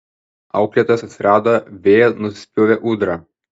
auklėtojas atsirado vėl nusispjovė ūdra